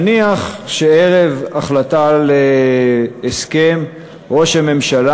נניח שערב החלטה על הסכם ראש הממשלה